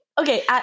okay